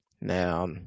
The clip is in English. Now